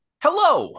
Hello